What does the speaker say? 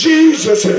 Jesus